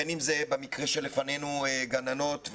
בין אם זה במקרה שלפנינו גננות,